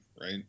right